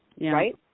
right